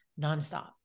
nonstop